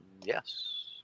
Yes